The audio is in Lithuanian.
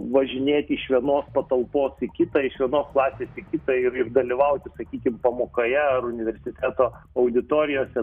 važinėti iš vienos patalpos į kitą iš vienos klasės į kitą ir ir dalyvauti sakykim pamokoje ar universiteto auditorijose